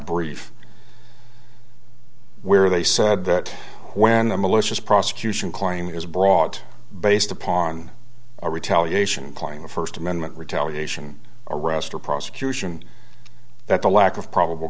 brief where they said that when a malicious prosecution claim is broad based upon a retaliation claim a first amendment retaliation arrest or prosecution that the lack of probable